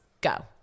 Go